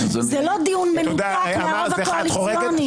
זה לא דיון מנותק מהרוב הקואליציוני.